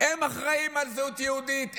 הם אחראים לזהות יהודית?